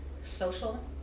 social